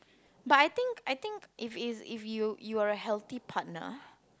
but I think I think if it if you you are a healthy partner